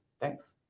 Thanks